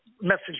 message